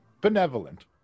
Benevolent